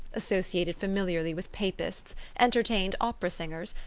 associated familiarly with papists, entertained opera singers,